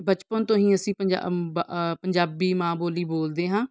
ਬਚਪਨ ਤੋਂ ਹੀ ਅਸੀਂ ਪੰਜਾ ਬ ਪੰਜਾਬੀ ਮਾਂ ਬੋਲੀ ਬੋਲਦੇ ਹਾਂ